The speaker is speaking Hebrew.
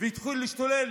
והתחיל להשתולל